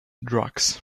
drugs